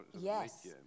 Yes